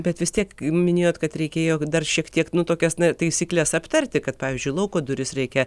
bet vis tiek minėjot kad reikėjo dar šiek tiek nu tokias na taisykles aptarti kad pavyzdžiui lauko duris reikia